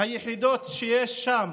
היחידות שיש שם